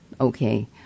Okay